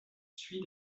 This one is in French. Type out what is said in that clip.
suit